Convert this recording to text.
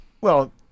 Well-